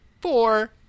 four